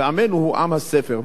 ועמנו הוא עם הספר,